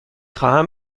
خواهم